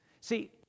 See